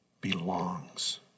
belongs